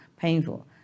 painful